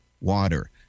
water